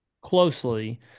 closely